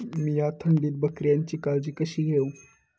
मीया थंडीत बकऱ्यांची काळजी कशी घेव?